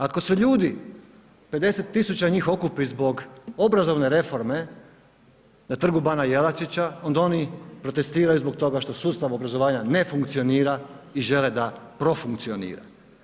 Ako se ljudi, 50 000 njih okupi zbog obrazovne reforme na Trgu bana Jelačića, onda oni protestiraju zbog toga što sustav obrazovanja ne funkcionira i žele da profunkcionira.